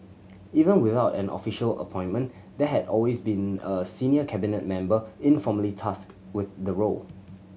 even without an official appointment there had always been a senior Cabinet member informally tasked with the role